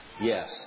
yes